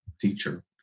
teacher